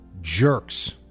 jerks